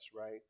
right